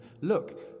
Look